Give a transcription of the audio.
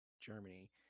Germany